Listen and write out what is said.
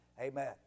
Amen